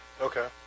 Okay